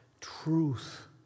truth